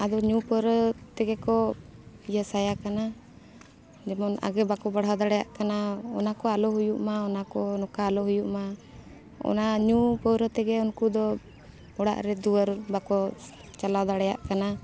ᱟᱫᱚ ᱧᱩ ᱯᱟᱹᱣᱨᱟᱹ ᱛᱮᱜᱮ ᱠᱚ ᱤᱭᱟᱹ ᱥᱟᱭ ᱟᱠᱟᱱᱟ ᱡᱮᱢᱚᱱ ᱟᱜᱮ ᱵᱟᱠᱚ ᱵᱟᱲᱦᱟᱣ ᱫᱟᱲᱮᱭᱟᱜ ᱠᱟᱱᱟ ᱚᱱᱟ ᱠᱚ ᱟᱞᱚ ᱦᱩᱭᱩᱜ ᱢᱟ ᱚᱱᱟ ᱠᱚ ᱱᱚᱝᱠᱟ ᱟᱞᱚ ᱦᱩᱭᱩᱜ ᱢᱟ ᱚᱱᱟ ᱧᱩ ᱯᱟᱹᱣᱨᱟᱹ ᱛᱮᱜᱮ ᱩᱱᱠᱩ ᱫᱚ ᱚᱲᱟᱜ ᱨᱮ ᱫᱩᱣᱟᱹᱨ ᱵᱟᱠᱚ ᱪᱟᱞᱟᱣ ᱫᱟᱲᱮᱭᱟᱜ ᱠᱟᱱᱟ